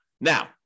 Now